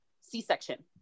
C-section